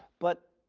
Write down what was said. but